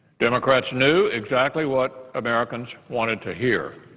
democrats knew exactly what americans wanted to hear,